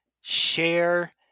share